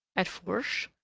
at fourche?